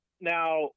Now